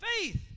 faith